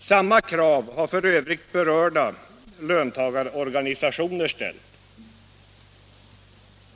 Samma krav har f. ö. berörda löntagarorganisationer ställt.